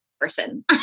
person